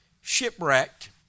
shipwrecked